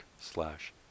slash